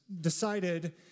decided